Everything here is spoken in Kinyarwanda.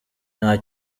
nta